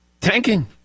Tanking